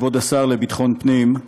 כבוד השר לביטחון פנים,